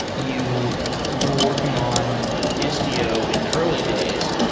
you were working on istio in the early days.